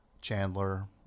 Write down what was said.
Chandler